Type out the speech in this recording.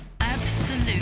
Absolute